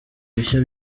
bishya